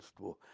to